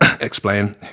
explain